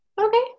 Okay